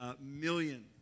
million